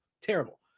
terrible